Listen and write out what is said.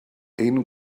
ein